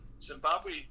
Zimbabwe